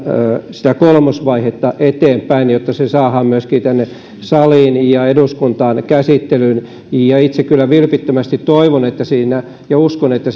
sitä kolmosvaihetta eteenpäin jotta myöskin se saadaan tänne saliin ja eduskuntaan käsittelyyn ja itse kyllä vilpittömästi toivon ja uskon että